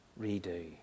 redo